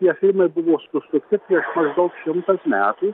tie filmai buvo susukti prieš maždaug šimtas metų